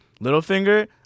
Littlefinger